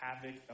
havoc